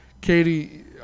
Katie